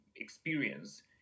experience